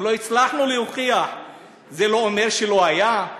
אם לא הצלחנו להוכיח זה לא אומר שלא היה?